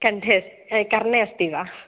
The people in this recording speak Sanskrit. कण्ठे अस्ति कर्णे अस्ति वा